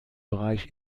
bereich